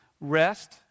Rest